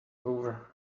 over